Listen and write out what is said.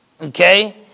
okay